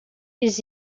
ils